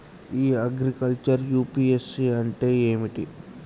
ఇ agriculture UPSC అంటే ఏమిటి?